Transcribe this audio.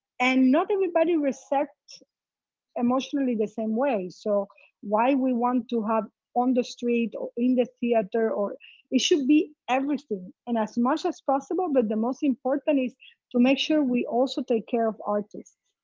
and not everybody recepts emotionally the same way. so why we want to have on the street, or in the theater, it should be everything and as much as possible but the most important is to make sure we also take care of artists.